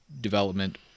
development